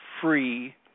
free